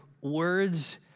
words